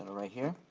right here